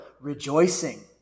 rejoicing